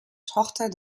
tochter